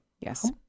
Yes